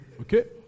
Okay